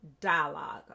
dialogue